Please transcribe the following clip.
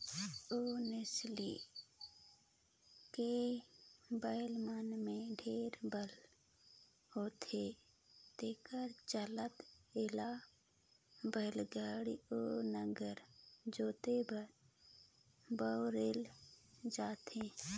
ओन्गेले नसल के बइला मन में ढेरे बल होथे तेखर चलते एला बइलागाड़ी अउ नांगर जोते बर बउरल जाथे